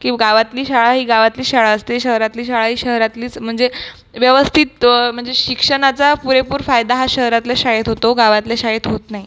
किंवा गावातली शाळा ही गावातलीच शाळा असते शहरातली शाळा ही शहरातलीच म्हणजे व्यवस्थित म्हणजे शिक्षणाचा पुरेपूर फायदा हा शहरातल्या शाळेत होतो गावातल्या शाळेत होत नाही